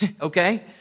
Okay